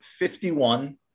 51